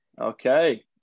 Okay